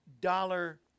dollar